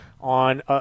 on